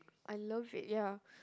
I love it ya